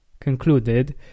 concluded